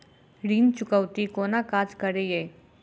ऋण चुकौती कोना काज करे ये?